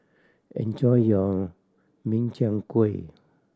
enjoy your Min Chiang Kueh